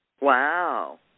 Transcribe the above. Wow